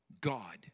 God